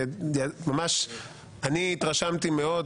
אני התרשמתי מאוד,